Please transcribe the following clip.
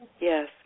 yes